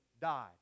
died